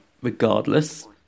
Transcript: regardless